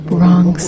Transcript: wrong